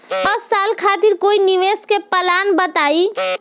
दस साल खातिर कोई निवेश के प्लान बताई?